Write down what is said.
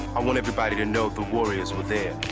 i want everybody to know the warriors were there